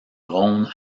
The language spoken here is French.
rhône